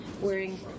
wearing